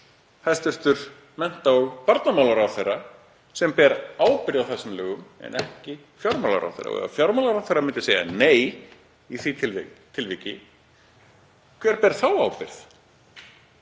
hæstv. mennta- og barnamálaráðherra sem ber ábyrgð á þessum lögum en ekki fjármálaráðherra. Ef fjármálaráðherra myndi segja nei í því tilviki, hver bæri þá ábyrgð